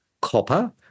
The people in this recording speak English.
copper